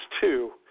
two